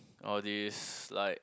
all this like